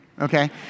okay